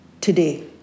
today